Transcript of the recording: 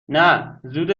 نه، زود